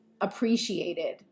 appreciated